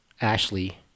Ashley